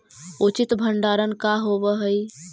उचित भंडारण का होव हइ?